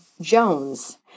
Jones